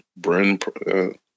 Bren